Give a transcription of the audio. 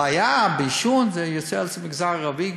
הבעיה בעישון היא יותר במגזר הערבי,